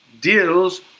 deals